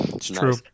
true